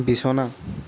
বিছনা